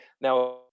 Now